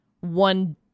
one